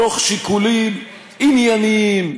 מתוך שיקולים ענייניים,